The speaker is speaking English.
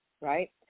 right